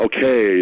Okay